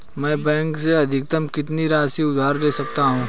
मैं बैंक से अधिकतम कितनी राशि उधार ले सकता हूँ?